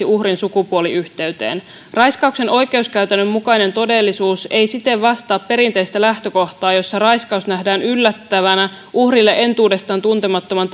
uhrin sukupuoliyhteyteen raiskauksen oikeuskäytännön mukainen todellisuus ei siten vastaa perinteistä lähtökohtaa jossa raiskaus nähdään yllättävänä uhrille entuudestaan tuntemattoman